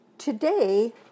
Today